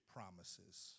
Promises